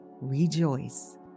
rejoice